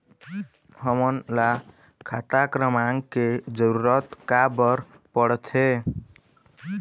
हमन ला खाता क्रमांक के जरूरत का बर पड़थे?